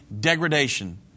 degradation